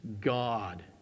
God